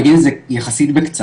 אני אגיד את זה יחסית בקצרה,